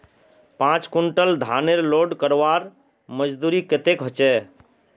पाँच कुंटल धानेर लोड करवार मजदूरी कतेक होचए?